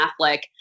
Affleck